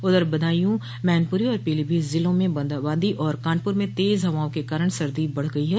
उधर बदायूं मैनपुरी और पीलीभीत ज़िलों में बूंदाबादी और कानपुर में तेज़ हवाओं के कारण सर्दी बढ़ गई है